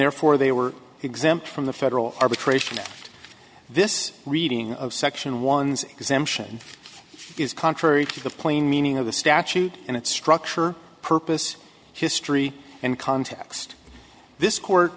therefore they were exempt from the federal arbitration this reading of section ones exemption is contrary to the plain meaning of the statute and its structure purpose history and context this